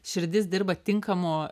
širdis dirba tinkamu